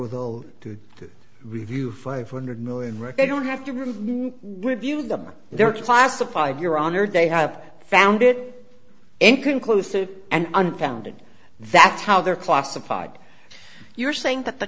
l to review five hundred million records don't have to remove review them they're classified your honor they have found it inconclusive and unfounded that's how they're classified you're saying that the